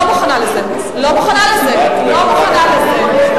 לא מוכנה לזה, לא מוכנה לזה.